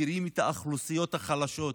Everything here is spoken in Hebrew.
מפקירים את האוכלוסיות החלשות,